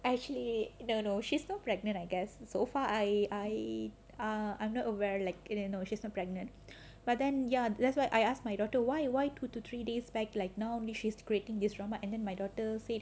I actually don't know she's not pregnant I guess so far I I err I'm not aware like it it you know she's not pregnant but then ya that's why I ask my daughter why why two to three days back like then she is creating this remark and then my daughter said